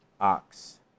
ox